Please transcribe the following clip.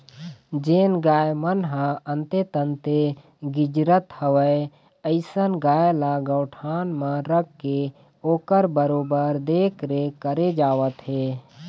जेन गाय मन ह अंते तंते गिजरत हवय अइसन गाय ल गौठान म रखके ओखर बरोबर देखरेख करे जावत हे